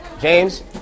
James